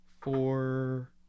four